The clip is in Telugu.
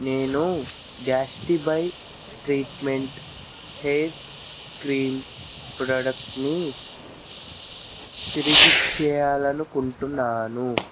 నేను గాట్స్బై ట్రీట్మెంట్ హెయిర్ క్రీం ప్రొడక్టుని తిరిగి ఇచ్చెయ్యాలని అనుకుంటున్నాను